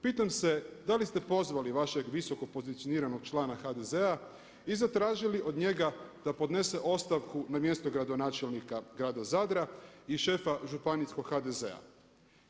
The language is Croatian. Pitam se da li ste pozvali vašeg visoko pozicioniranog člana HDZ-a i zatražili od njega da podnese ostavku na mjesto gradonačelnika Grada Zadra i šefa županijskog HDZ-a.